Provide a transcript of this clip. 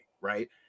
right